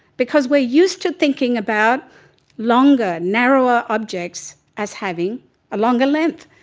because we're used to thinking about longer, narrower objects as having a longer length.